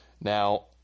Now